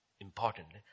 Importantly